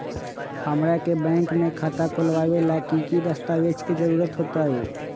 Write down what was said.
हमरा के बैंक में खाता खोलबाबे ला की की दस्तावेज के जरूरत होतई?